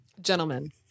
Gentlemen